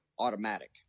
Automatic